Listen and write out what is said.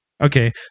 Okay